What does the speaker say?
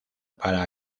para